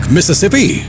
Mississippi